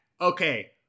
Okay